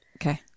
Okay